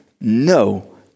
no